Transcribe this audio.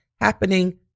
happening